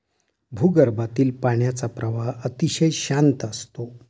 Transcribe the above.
भूगर्भातील पाण्याचा प्रवाह अतिशय शांत असतो